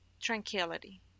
tranquility